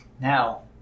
Now